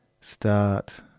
start